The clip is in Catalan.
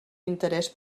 interès